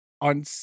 On